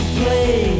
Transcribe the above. play